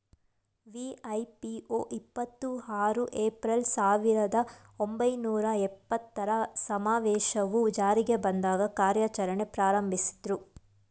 ವಿ.ಐ.ಪಿ.ಒ ಇಪ್ಪತ್ತು ಆರು ಏಪ್ರಿಲ್, ಸಾವಿರದ ಒಂಬೈನೂರ ಎಪ್ಪತ್ತರ ಸಮಾವೇಶವು ಜಾರಿಗೆ ಬಂದಾಗ ಕಾರ್ಯಾಚರಣೆ ಪ್ರಾರಂಭಿಸಿದ್ರು